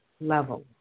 level